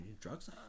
drugs